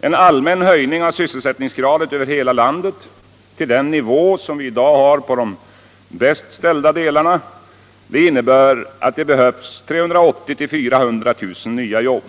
En allmän höjning av sysselsättningsgraden över hela landet till den nivå som vi i dag har i de bäst debatt Allmänpolitisk debatt ställda delarna av landet innebär att det behövs 380 000-400 000 nya jobb.